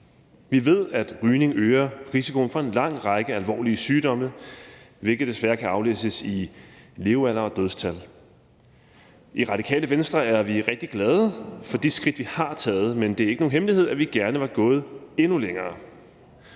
Vi ved, at rygning øger risikoen for en lang række alvorlige sygdomme, hvilket desværre kan aflæses i levealder og dødstal. I Radikale Venstre er vi rigtig glade for de skridt, vi har taget, men det er ikke nogen hemmelighed, at vi gerne var gået endnu længere.